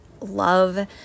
love